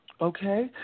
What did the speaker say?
Okay